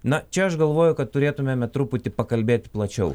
na čia aš galvoju kad turėtumėm truputį pakalbėt plačiau